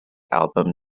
album